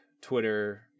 Twitter